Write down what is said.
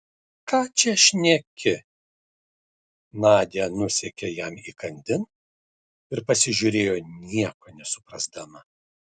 ką čia šneki nadia nusekė jam įkandin ir pasižiūrėjo nieko nesuprasdama